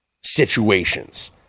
situations